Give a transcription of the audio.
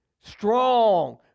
strong